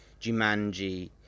Jumanji